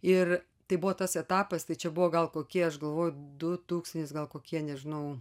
ir tai buvo tas etapas tai čia buvo gal kokie aš galvoju du tūkstantis gal kokie nežinau